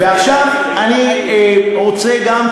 עכשיו אני רוצה גם,